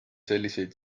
selliseid